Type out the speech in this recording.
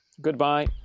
goodbye